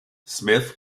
smith